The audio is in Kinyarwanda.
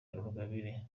rugabire